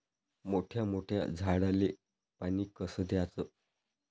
मोठ्या मोठ्या झाडांले पानी कस द्याचं?